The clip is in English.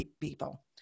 people